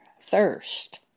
thirst